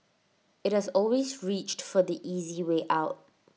IT has always reached for the easy way out